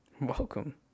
welcome